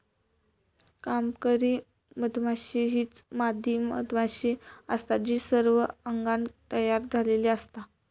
कामकरी मधमाशी हीच मादी मधमाशी असता जी सर्व अंगान तयार झालेली असता